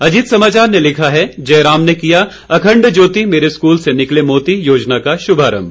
अजीत समाचार ने लिखा है जयराम ने किया अखंड ज्योति मेरे स्कूल से निकले मोती योजना का शुभारम्भ